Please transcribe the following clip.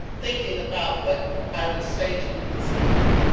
thinking about what i would say to you this evening